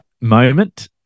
moment